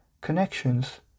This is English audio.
connections